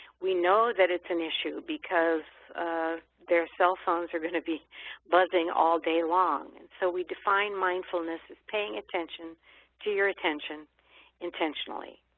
we know that it's an issue because of their cell phones are going to be buzzing all day long and so we define mindfulness as paying attention to your attention intentionally,